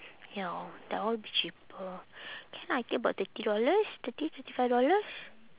ya that one cheaper K lah I think about thirty dollars thirty thirty five dollars